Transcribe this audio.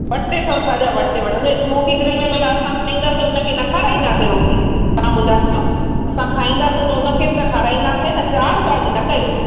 ॿ टे सौ छा जा मथे वठंदो इस्मोकी ग्रिल में भला असां खाईंदासीं हुनखे न खाराईंदासीं रोटी तव्हां ॿुधायो असां खाईंदासीं त हुनखे बि त खाराईंदासीं न चार्ज वार्च न कयो